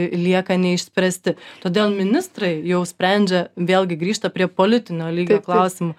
lieka neišspręsti todėl ministrai jau sprendžia vėlgi grįžta prie politinio lygio klausimų